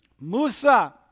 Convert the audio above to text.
Musa